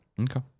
Okay